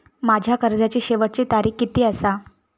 माझ्या कर्जाची शेवटची तारीख किती आसा?